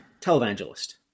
televangelist